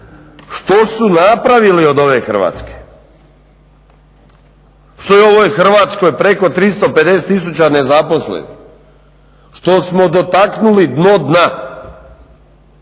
što su napravili od ove Hrvatske, što je u ovoj Hrvatskoj preko 350 tisuća nezaposlenih, što smo dotaknuli dno dna,